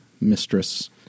mistress